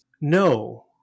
No